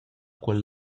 quel